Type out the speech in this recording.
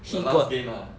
the last game ah